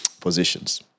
positions